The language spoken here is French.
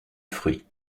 fruit